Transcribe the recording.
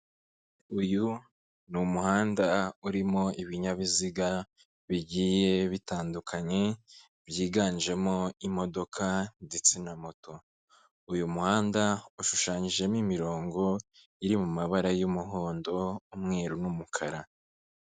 Uyu ni umuhanda urimo ibinyabiziga bigiye bitandukanye, byiganjemo imodoka ndetse na moto. Uyu muhanda ushushanyijemo imirongo iri mu mabara y'umuhondo, umweru n'umukara.